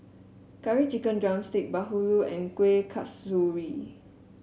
Curry Chicken drumstick bahulu and Kuih Kasturi